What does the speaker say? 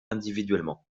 individuellement